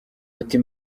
uti